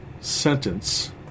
sentence